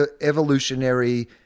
evolutionary